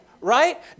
Right